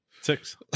Six